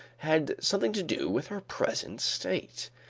had something to do with her present state.